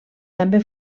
també